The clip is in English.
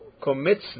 commits